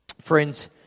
Friends